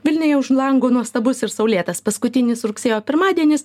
vilniuje už lango nuostabus ir saulėtas paskutinis rugsėjo pirmadienis